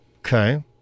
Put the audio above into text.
Okay